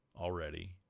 already